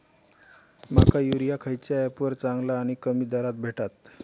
माका युरिया खयच्या ऍपवर चांगला आणि कमी दरात भेटात?